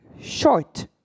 short